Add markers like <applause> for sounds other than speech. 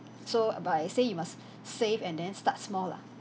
so but I say you must <breath> save and then start small lah